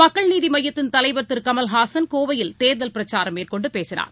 மக்கள் நீதிமையத்தின் தலைவர் திருகமலஹாசன் கோவையில் தேர்தல் பிரச்சாரம் மேற்கொண்டுபேசினார்